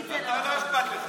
אתה, לא אכפת לך.